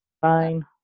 fine